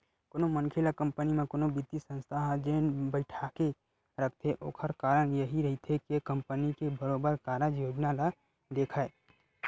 कोनो मनखे ल कंपनी म कोनो बित्तीय संस्था ह जेन बइठाके रखथे ओखर कारन यहीं रहिथे के कंपनी के बरोबर कारज योजना ल देखय